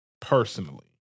personally